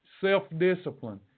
self-discipline